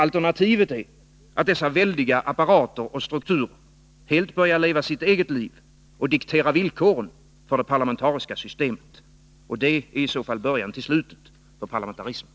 Alternativet är att dessa väldiga apparater och strukturer helt börjar leva sitt eget liv och diktera villkoren för det parlamentariska systemet, och det är i så fall början till slutet för parlamentarismen.